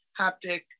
haptic